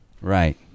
Right